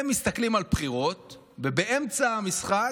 הם מסתכלים על בחירות, ובאמצע המשחק,